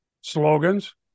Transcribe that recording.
Slogans